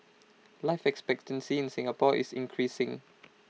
life expectancy in Singapore is increasing